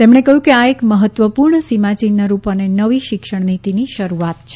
તેમણે કહ્યું કે આ એક મહત્વપૂર્ણ સીમાયિહ્નરૂપ અને નવી શિક્ષણ નીતિની શરૂઆત છે